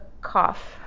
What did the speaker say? cough